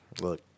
Look